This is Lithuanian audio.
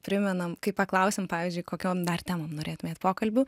primenam kai paklausiam pavyzdžiui kokiom dar temom norėtumėt pokalbių